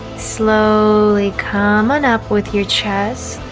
slowly come on up with your chest